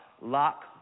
Lock